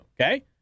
okay